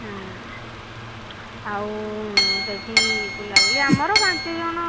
ହଁ ଆଉ ସେଠି ବୁଲାବୁଲି ଆମର ପାଞ୍ଚଜଣ